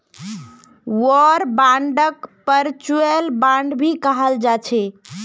war बांडक perpetual bond भी कहाल जाछे